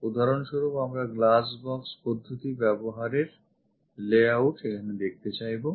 উদাহরণস্বরূপ আমরা glassbox পদ্ধতি ব্যবহারের layout দেখাতে চাইবো